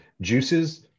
juices